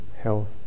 health